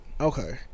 Okay